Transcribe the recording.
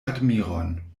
admiron